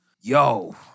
yo